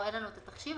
אין לנו את התחשיב.